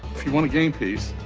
if you want a game piece,